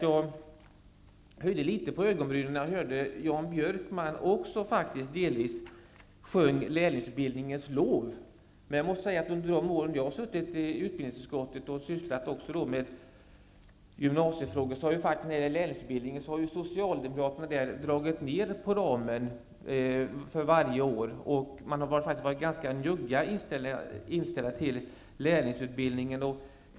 Jag höjde litet på ögonbrynen när jag hörde att Jan Under de år jag har suttit i utbildningsutskottet och sysslat med gymnasiefrågor har Socialdemokraterna dragit ner på ramen för lärlingsutbildningen varje år. Inställningen till lärlingsutbildningen har varit ganska njugg.